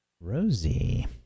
Rosie